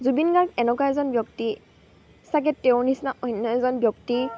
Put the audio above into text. জুবিন গাৰ্গ এনেকুৱা এজন ব্যক্তি চাগে তেওঁৰ নিচিনা অন্য এজন ব্যক্তি